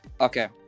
Okay